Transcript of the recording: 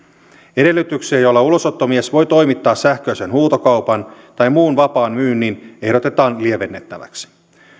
edellytyksiä joilla ulosottomies voi toimittaa sähköisen huutokaupan tai muun vapaan myynnin ehdotetaan lievennettäväksi